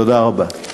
תודה רבה.